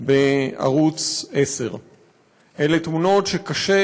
בערוץ 10. אלה תמונות שקשה